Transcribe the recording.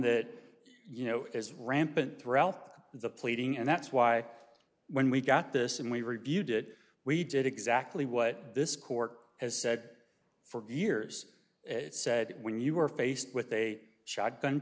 that you know is rampant throughout the pleading and that's why when we got this and we reviewed it we did exactly what this court has said for years it said when you were faced with a shotgun